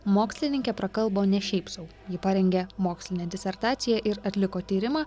mokslininkė prakalbo ne šiaip sau ji parengė mokslinę disertaciją ir atliko tyrimą